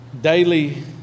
daily